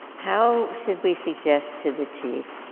how should we suggest to the chief